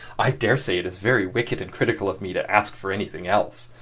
i daresay it is very wicked and critical of me to ask for anything else.